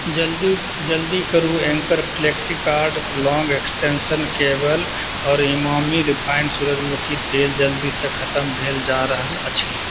जल्दी जल्दी करु Anchor flexicord long extension cable आओर इमामी रिफाइंड सूरजमुखी तेल जल्दीसँ खत्म भेल जा रहल अछि